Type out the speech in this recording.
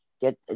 Get